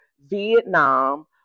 Vietnam